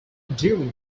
during